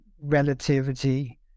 relativity